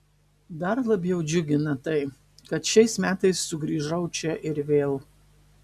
dar labiau džiugina tai kad šiais metais sugrįžau čia ir vėl